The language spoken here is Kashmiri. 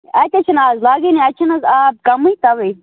اَتہِ حَظ چھِ نہٕ اَز لَگانٕے اَتہِ چھِ نہٕ حَظ آب کَمٕے تَوے